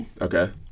Okay